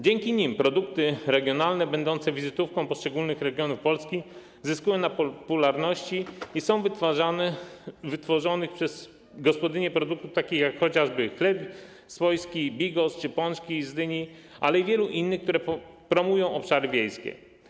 Dzięki nim produkty regionalne będące wizytówką poszczególnych regionów Polski zyskują na popularności, są też wytwarzane przez gospodynie produkty, takie jak chociażby chleb swojski, bigos czy pączki z dyni, ale i wiele innych, które promują obszary wiejskie.